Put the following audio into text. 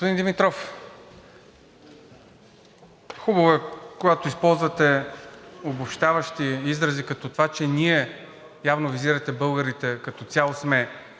Господин Димитров, хубаво е, когато използвате обобщаващи изрази, като това, че ние, явно визирате българите, като цяло сме